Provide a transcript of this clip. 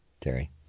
Terry